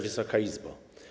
Wysoka Izbo!